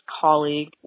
colleague